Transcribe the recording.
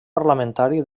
parlamentari